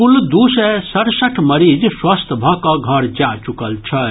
कुल दू सय सड़सठ मरीज स्वस्थ भऽ कऽ घर जा चुकल छथि